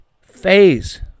phase